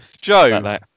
Joe